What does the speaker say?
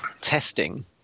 testing